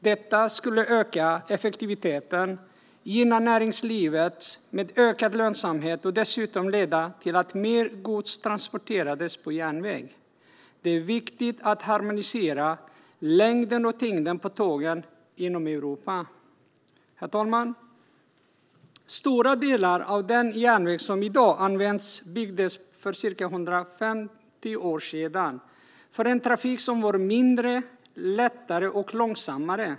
Detta skulle öka effektiviteten, gynna näringslivet, med ökad lönsamhet, och dessutom leda till att mer gods skulle transporteras på järnväg. Det är viktigt att harmonisera längden och tyngden på tågen inom Europa. Herr talman! Stora delar av den järnväg som i dag används byggdes för ca 150 år sedan för en trafik som var mindre, lättare och långsammare.